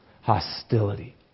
Hostility